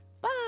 bye